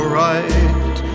right